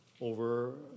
over